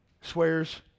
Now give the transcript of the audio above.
swears